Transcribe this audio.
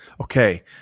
Okay